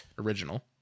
original